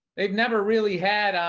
they've never really had,